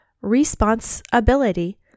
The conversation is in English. responsibility